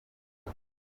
leta